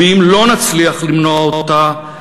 ואם לא נצליח למנוע אותה,